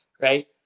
right